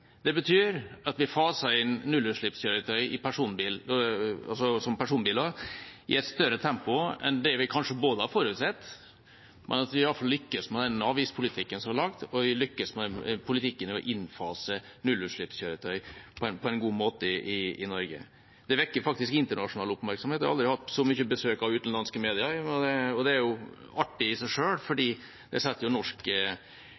Det betyr at vi faser inn nullutslippskjøretøy som personbiler i et større tempo enn det vi kanskje hadde forutsett. Vi lykkes i alle fall med avgiftspolitikken så langt, og vi lykkes med politikken for å innfase nullutslippskjøretøy på en god måte i Norge. Det vekker faktisk internasjonal oppmerksomhet. Jeg har aldri hatt så mye besøk av utenlandsk media, og det er artig i seg selv, for det setter norsk klima- og miljødebatt i et perspektiv. Konsekvensen av det er